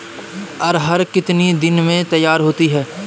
अरहर कितनी दिन में तैयार होती है?